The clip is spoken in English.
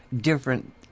different